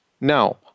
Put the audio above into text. Now